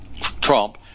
trump